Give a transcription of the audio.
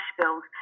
bills